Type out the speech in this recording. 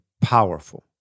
powerful